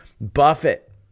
Buffett